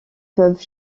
peuvent